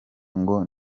ngo